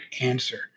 answer